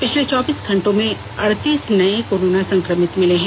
पिछले चौबीस घंटों में अड़तीस नये कोरोना संक्रमित मिले हैं